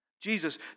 Jesus